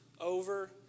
over